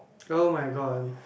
oh-my-god